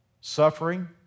suffering